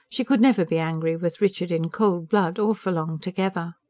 she could never be angry with richard in cold blood, or for long together.